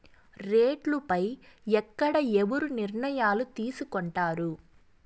రేట్లు పై ఎక్కడ ఎవరు నిర్ణయాలు తీసుకొంటారు?